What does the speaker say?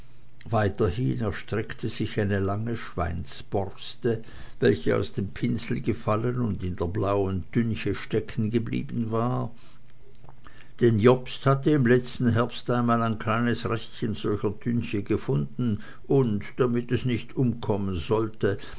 weiterhin erstreckte sich eine lange schweinsborste welche aus dem pinsel gefallen und in der blauen tünche steckengeblieben war denn lobst hatte im letzten herbst einmal ein kleines restchen solcher tünche gefunden und damit es nicht umkommen sollte